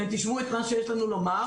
אתם תשמעו את מה שיש לנו לומר.